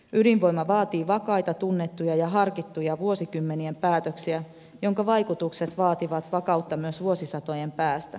ydinvoima vaatii vakaita tunnettuja ja harkittuja vuosikymmenien päätöksiä joiden vaikutukset vaativat vakautta myös vuosisatojen päästä